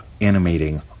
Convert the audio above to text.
animating